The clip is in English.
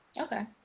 Okay